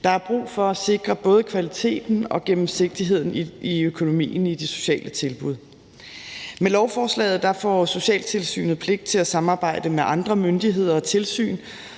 Der er brug for at sikre både kvaliteten og gennemsigtigheden i økonomien i de sociale tilbud. Med lovforslaget får socialtilsynet pligt til at samarbejde med andre myndigheder og tilsyn,